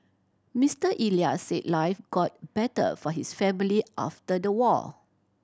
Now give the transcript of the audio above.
Mister Elias say life got better for his family after the war